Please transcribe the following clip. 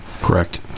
correct